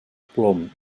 plom